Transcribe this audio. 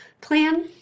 plan